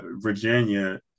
Virginia